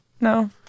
No